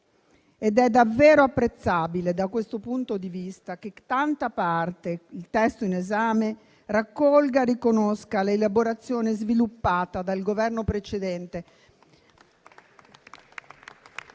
ed è davvero apprezzabile, da questo punto di vista, che tanta parte del testo in esame raccolga e riconosca l'elaborazione sviluppata dal Governo precedente.